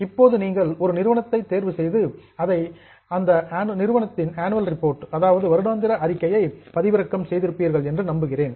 இப்போது நீங்கள் ஒரு நிறுவனத்தை தேர்வு செய்து அந்த நிறுவனத்தின் ஆனுவல் ரிப்போர்ட் வருடாந்திர அறிக்கையை டவுன்லோட் பதிவிறக்கம் செய்திருப்பீர்கள் என்று நம்புகிறேன்